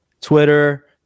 Twitter